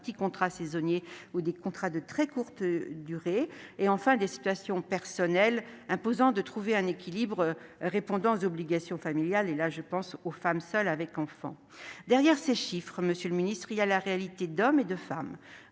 de petits contrats saisonniers ou des missions de courte durée, ou enfin des situations personnelles imposant de trouver un emploi répondant aux obligations familiales- et je pense là aux femmes seules avec enfants. Derrière les chiffres, il y a des réalités d'hommes et de femmes.